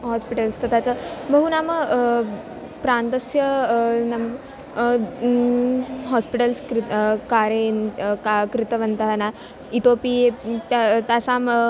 hospitals तथा च बहु नाम प्रान्तस्य नाम हास्पिटल्स् कृते कारे का कृतवन्तः न इतोपि त तासां